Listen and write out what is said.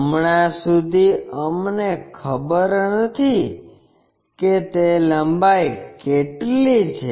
હમણાં સુધી અમને ખબર નથી કે તે લંબાઈ કેટલી છે